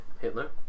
Hitler